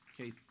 okay